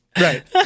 Right